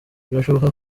birashoboka